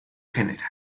general